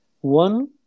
One